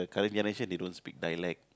current generation they don't speak dialect